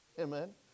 Amen